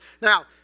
Now